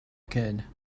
kid